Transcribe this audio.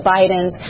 Bidens